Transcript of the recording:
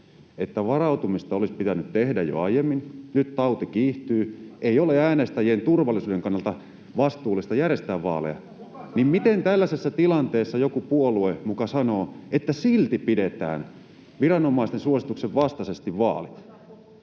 että varautumista olisi pitänyt tehdä jo aiemmin, nyt tauti kiihtyy, ei ole äänestäjien turvallisuuden kannalta vastuullista järjestää vaaleja, niin miten tällaisessa tilanteessa joku puolue muka sanoo, että silti pidetään viranomaisten suosituksen vastaisesti vaalit?